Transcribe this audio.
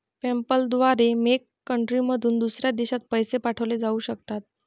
PayPal द्वारे मेक कंट्रीमधून दुसऱ्या देशात पैसे पाठवले जाऊ शकतात